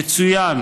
יצוין